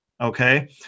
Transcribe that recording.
Okay